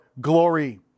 glory